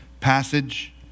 passage